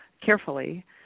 carefully